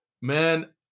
Man